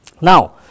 Now